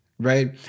right